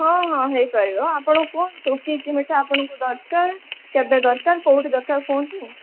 ହଁ ହଁ ହୋଇ ପାରିବ ଆପଣ କୁହନ୍ତୁ କି କି ମିଠା ଆପଣଙ୍କୁ ଦରକାର କେବେ ଦରକାର କେଉଁଠି ଦରକାର କୁହନ୍ତୁ